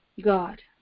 God